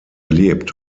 lebt